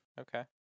Okay